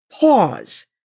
pause